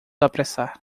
apressar